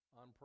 on